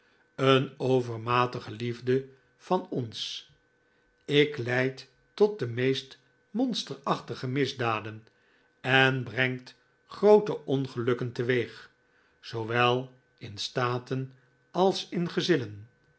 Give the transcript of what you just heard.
een overmatige liefde van ons ik leidt tot de meest monsterachtige misdaden en brengt groote ongelukken teweeg zoowel in staten als in gezinnen